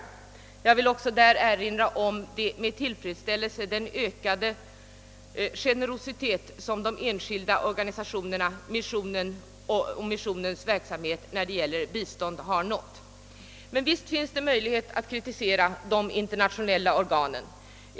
Jag erinrar också med tillfredsställelse om den ökade generositeten från enskilda organisationer och från missionen i vad gäller biståndsverksamhet. Men visst finns det anledning att kritisera de internationella organen.